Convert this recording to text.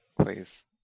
please